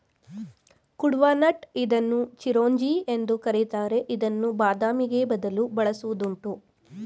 ಕುಡ್ಪನಟ್ ಇದನ್ನು ಚಿರೋಂಜಿ ಎಂದು ಕರಿತಾರೆ ಇದನ್ನು ಬಾದಾಮಿಗೆ ಬದಲು ಬಳಸುವುದುಂಟು